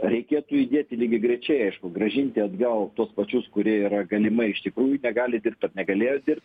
reikėtų judėti lygiagrečiai aišku grąžinti atgal tuos pačius kurie yra galimai iš tikrųjų negali dirbt ar negalėjo dirbt